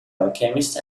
alchemist